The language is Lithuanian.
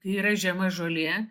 kai yra žema žolė